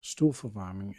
stoelverwarming